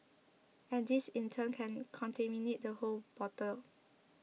and this in turn can contaminate the whole bottle